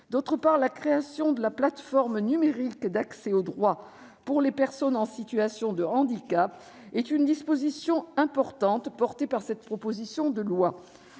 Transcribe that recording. outre, la création de la plateforme numérique d'accès au droit pour les personnes en situation de handicap est une disposition importante de cette proposition de loi.